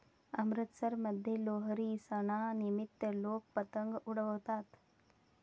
अमृतसरमध्ये लोहरी सणानिमित्त लोक पतंग उडवतात